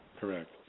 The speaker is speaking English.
Correct